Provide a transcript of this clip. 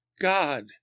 God